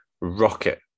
rocket